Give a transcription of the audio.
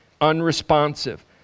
unresponsive